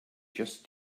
just